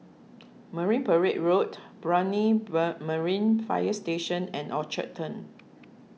Marine Parade Road Brani Marine Fire Station and Orchard Turn